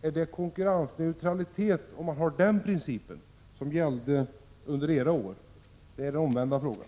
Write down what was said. Är det konkurrensneutralitet om man har den principen, som gällde under de borgerliga åren?